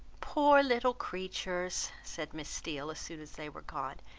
poor little creatures! said miss steele, as soon as they were gone.